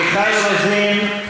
מיכל רוזין,